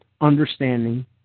understanding